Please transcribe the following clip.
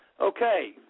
Okay